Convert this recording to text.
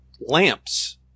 lamps